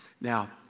Now